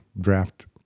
draft